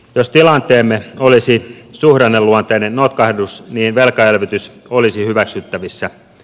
jos tilanteemme olisi suhdanneluonteinen notkahdus niin velkaelvytys olisi hyväksyttävissä